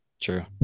true